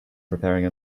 preparing